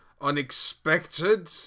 unexpected